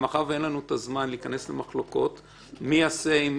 מאחר שאין לנו הזמן להיכנס למחלוקות מי יעשה עם